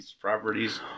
properties